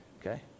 Okay